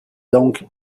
donc